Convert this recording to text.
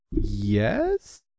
yes